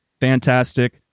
fantastic